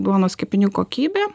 duonos kepinių kokybę